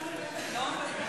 לא מוותרת.